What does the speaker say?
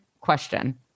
question